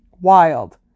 wild